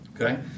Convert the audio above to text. Okay